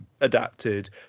adapted